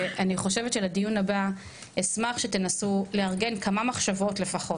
ואני חושבת שלדיון הבא אשמח שתנסו לארגן כמה מחשבות לפחות,